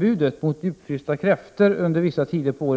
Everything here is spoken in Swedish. Det är enligt vår mening ett onödigt — Prot.